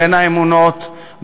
בין האמונות,